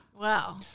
Wow